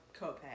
copay